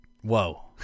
Whoa